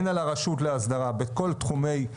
הן על הרשות לאסדרה בכל תחומי,